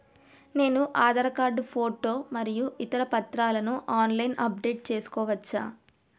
నేను Aadhaar card photo మరియు ఇతర పత్రాలను ఆన్ లైన్ అప్ డెట్ చేసుకోవచ్చా?